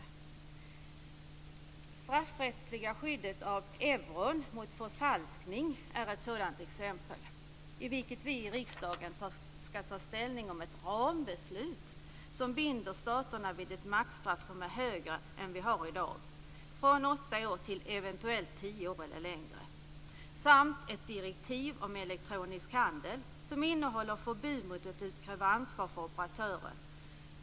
Det straffrättsliga skyddet av euron mot förfalskning är ett sådant exempel i vilket vi i riksdagen ska ta ställning till ett rambeslut som binder staterna vid ett maxstraff som är högre än det vi har i dag, från åtta år till eventuellt tio år eller längre, samt ett direktiv om elektronisk handel som innehåller förbud mot att utkräva ansvar för operatören.